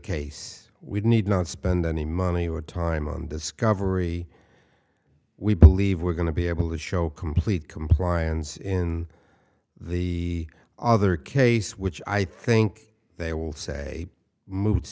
case we need not spend any money or time on discovery we believe we're going to be able to show complete compliance in the other case which i think they will say move